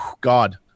God